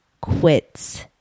quits